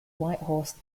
whitehorse